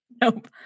Nope